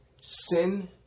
Sin